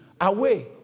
Away